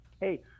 Hey